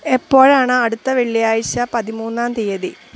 എപ്പോഴാണ് അടുത്ത വെള്ളിയാഴ്ച പതിമൂന്നാം തീയതി